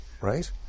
Right